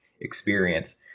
experience